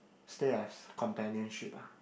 stay as companionship ah